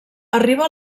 arriba